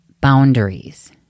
boundaries